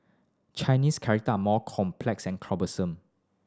Chinese character are complex and cumbersome